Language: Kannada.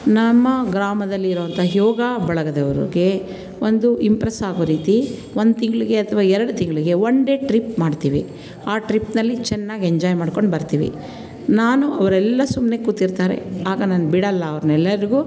ನಮ್ಮ ಗ್ರಾಮದಲ್ಲಿರುವಂಥ ಯೋಗ ಬಳಗದವರಿಗೆ ಒಂದು ಇಂಪ್ರೆಸ್ಸಾಗುವ ರೀತಿ ಒಂದು ತಿಂಗಳಿಗೆ ಅಥವಾ ಎರಡು ತಿಂಗಳಿಗೆ ಒನ್ ಡೇ ಟ್ರಿಪ್ ಮಾಡ್ತೀವಿ ಆ ಟ್ರಿಪ್ನಲ್ಲಿ ಚೆನ್ನಾಗಿ ಎಂಜಾಯ್ ಮಾಡ್ಕೊಂಡು ಬರ್ತೀವಿ ನಾನು ಅವರೆಲ್ಲ ಸುಮ್ಮನೆ ಕೂತಿರ್ತಾರೆ ಆಗ ನಾನು ಬಿಡೋಲ್ಲ ಅವರೆಲ್ಲರಿಗೂ